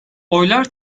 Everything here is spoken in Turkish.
oylar